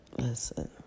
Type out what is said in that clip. listen